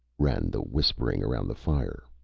ran the whispering around the fire.